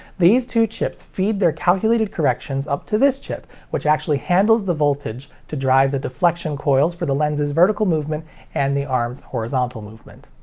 these two chips feed their calculated corrections up to this chip, which actually handles the voltage to drive the deflection coils for the lens's vertical movement and the arm's horizontal movement.